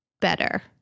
better